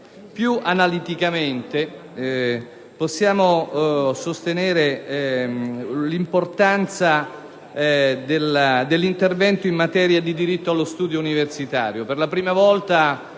Più analiticamente, possiamo sostenere l'importanza dell'intervento in materia di diritto allo studio universitario: